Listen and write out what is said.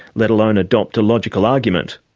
let alone adopt a logical argument.